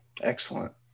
Excellent